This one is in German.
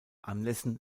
anlässen